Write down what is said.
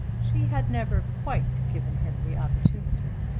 she had never quite given him the opportunity.